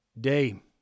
day